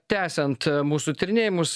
tęsiant mūsų tyrinėjimus